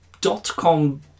dot-com